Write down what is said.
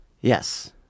Yes